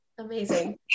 Amazing